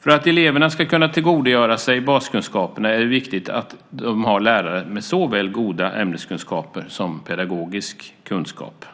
För att eleverna ska kunna tillgodogöra sig baskunskaperna är det viktigt att de har lärare med såväl goda ämneskunskaper som pedagogisk kunskap.